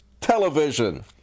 television